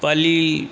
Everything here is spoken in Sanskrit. पाली